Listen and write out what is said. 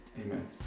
Amen